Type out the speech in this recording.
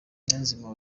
niyonzima